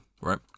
right